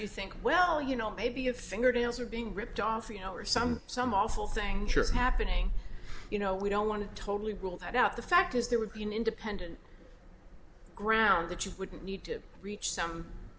you think well you know maybe your fingernails are being ripped off or you know or some some awful thing happening you know we don't want to totally rule that out the fact is there would be an independent ground that you wouldn't need to reach some